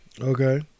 Okay